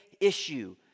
issue